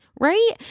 right